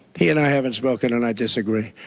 he and i haven't spoken, and i disagree.